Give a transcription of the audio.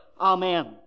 Amen